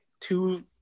two